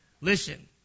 Listen